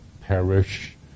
perish